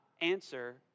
answer